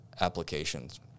applications